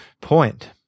point